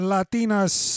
Latinas